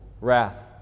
wrath